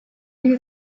you